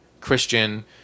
Christian